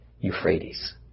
Euphrates